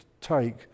take